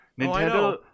nintendo